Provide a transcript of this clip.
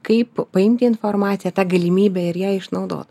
kaip paimti informaciją tą galimybę ir ją išnaudot